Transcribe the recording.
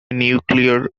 nuclear